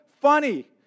funny